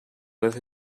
with